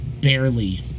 barely